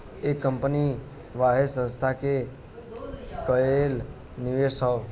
एक कंपनी वाहे संस्था के कएल निवेश हौ